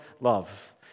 love